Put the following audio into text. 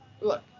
look